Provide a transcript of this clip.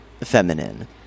feminine